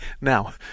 Now